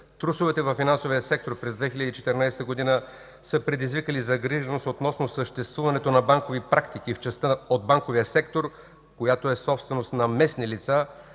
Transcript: „Трусовете във финансовия сектор през 2014 г. са предизвикали загриженост относно съществуването на банкови практики в частта от банковия сектор, която е собственост на местни лица